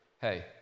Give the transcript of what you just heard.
hey